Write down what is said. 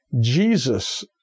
Jesus